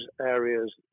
areas